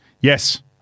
Yes